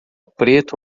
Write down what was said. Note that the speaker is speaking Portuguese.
preto